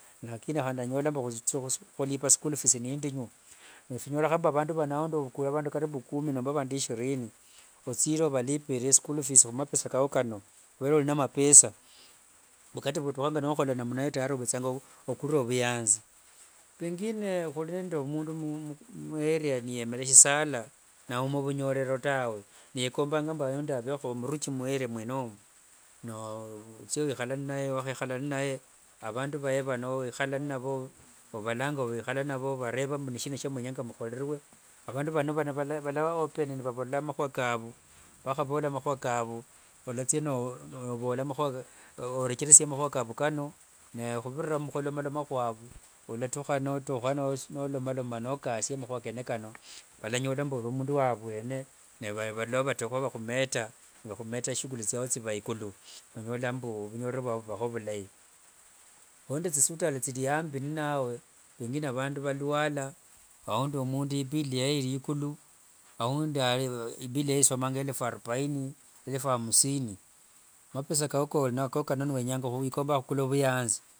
Lakini handi anyola khuthia khulipa school fees ni indinyu, nifinyorekha vandu vano aundi ovukule vandu kumi nomba ishirini, othire ovalipire school fees khumapesa kao kano, khuvera olina mapesa. Ngotukhanga nokhola ovethanga okulire vuyanzi. Pengine khuli nende mundu muyeria yemere sisala nauma vunyorero tawe, niyekombanga aundi avekho muruchi muyeria mwenemo, nothia wikhala inaye, niwakhekhala inaye, avandu vae vano wikhala inavo, ovalanga niwikhala inavo novareva nishina shiamwenyanga mukhorerue? Avandu vano valava open nivavola mahua kavu. Nivakhavola makhua kavu, olathia vovola, i orechresie makhua kavu kano. Naye khuvirira mukhulomaloma khuavu, walatukha notukha nolomaloma nokasia makhumia kene kano. Walanyola oli mundu wa avwene, na valava vatukha vakhumeta shughuli thiao thiva ekulu nonyola mbu vunyorereri vwao vuvakho vulai. Khuli nende thisivutali thiliambi inawe, pengine vandu valuana, pengine mundu ibill yae iliekulu, aundi ibill yae isomanga elefu arubainni elefu hamsini, mapesa kao kano kolinako kano niwikombanga khukula vuyanzi.